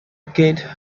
kid